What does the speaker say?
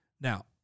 Now